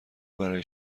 برای